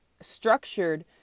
structured